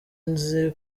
nzi